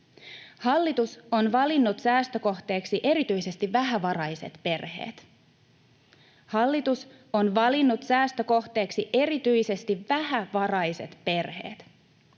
Hallitus on valinnut säästökohteeksi erityisesti vähävaraiset perheet — hallitus on valinnut säästökohteeksi erityisesti vähävaraiset perheet.